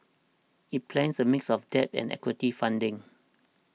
it plans a mix of debt and equity funding